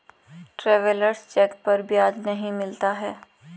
travellers cheque पर ब्याज नहीं मिलता है